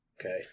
Okay